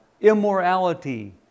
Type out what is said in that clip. immorality